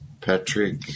Patrick